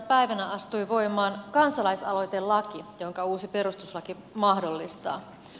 päivänä astui voimaan kansalaisaloitelaki jonka uusi perustuslaki mahdollistaa